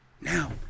now